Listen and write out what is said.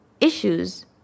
issues